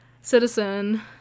citizen